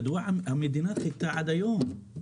מדוע המדינה חיכתה עד היום?